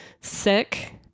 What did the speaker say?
sick